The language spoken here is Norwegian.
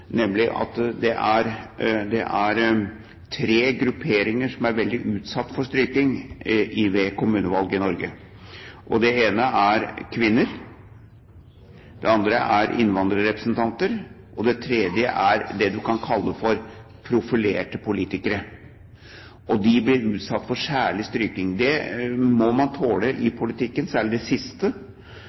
nemlig at det er tre grupperinger som er veldig utsatt for strykning ved kommunevalg i Norge. Den ene er kvinner. Den andre er innvandrerrepresentanter. Den tredje er det man kan kalle for profilerte politikere. De blir særlig utsatt for strykning. Det må man tåle i politikken, særlig det siste.